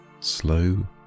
slow